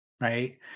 right